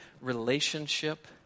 relationship